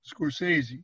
Scorsese